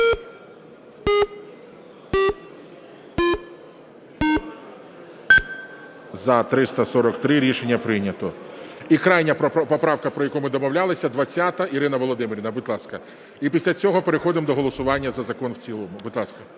За-343 Рішення прийнято. І крайня поправка, про яку ми домовлялися, 20. Ірина Володимирівна, будь ласка. І після цього переходимо до голосування за закон в цілому. Будь ласка.